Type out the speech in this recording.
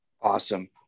Awesome